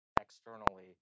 externally